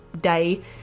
day